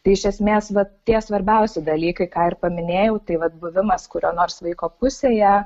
tai iš esmės vat tie svarbiausi dalykai ką ir paminėjau tai vat buvimas kurio nors vaiko pusėje